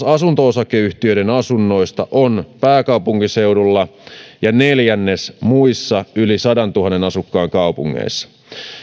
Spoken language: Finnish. asunto osakeyhtiöiden asunnoista on taas pääkaupunkiseudulla ja neljännes muissa yli sataantuhanteen asukkaan kaupungeissa